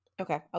okay